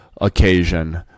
occasion